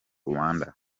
rwanda